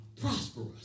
prosperous